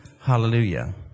Hallelujah